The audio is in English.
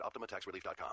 OptimaTaxRelief.com